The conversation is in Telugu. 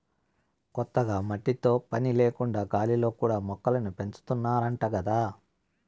కొత్తగా మట్టితో పని లేకుండా గాలిలో కూడా మొక్కల్ని పెంచాతన్నారంట గదా